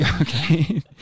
Okay